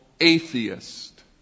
atheist